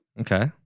Okay